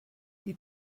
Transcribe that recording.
die